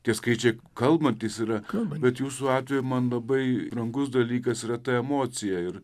tie skaičiai kalbantys yra bet jūsų atveju man labai brangus dalykas yra ta emocija ir